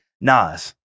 Nas